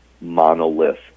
monolith